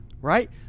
Right